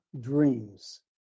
dreams